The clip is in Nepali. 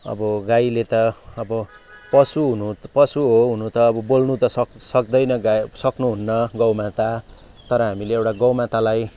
अब गाईले त अब पशु हुनु पशु हो हुनु त अब बोल्नु त सक्दैन गाई सक्नुहुन्न गौमाता तर हामीले एउटा गौमातालाई